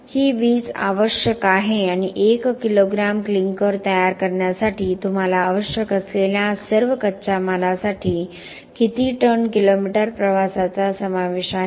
ही वीज आवश्यक आहे आणि 1 किलोग्रॅम क्लिंकर तयार करण्यासाठी तुम्हाला आवश्यक असलेल्या सर्व कच्च्या मालासाठी किती टन किलोमीटर प्रवासाचा समावेश आहे